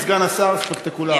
אדוני סגן השר, ספקטקולרי.